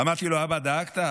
היה איש דתי, אמרתי לו: אבא, דאגת?